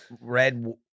Red